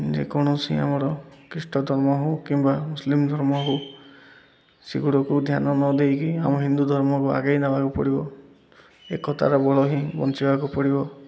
ଯେକୌଣସି ଆମର ଖ୍ରୀଷ୍ଟ ଧର୍ମ ହଉ କିମ୍ବା ମୁସଲିମ ଧର୍ମ ହଉ ସେଗୁଡ଼ାକୁ ଧ୍ୟାନ ନଦେଇକି ଆମ ହିନ୍ଦୁ ଧର୍ମକୁ ଆଗେଇ ନବାକୁ ପଡ଼ିବ ଏକତାର ବଳ ହିଁ ବଞ୍ଚିବାକୁ ପଡ଼ିବ